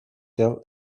till